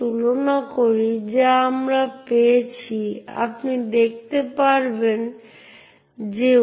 এখন প্রতিবার আমরা ফর্ক করি এবং একটি নতুন প্রক্রিয়া তৈরি করি যা আমি গ্রুপ আইডিতে খুব একইভাবে প্রক্রিয়া করব